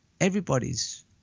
Everybody's